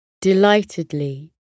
Delightedly